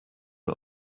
who